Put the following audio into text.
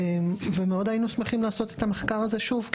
ומאוד היינו שמחים לעשות את המחקר הזה שוב,